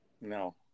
No